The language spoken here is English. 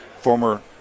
former